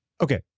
Okay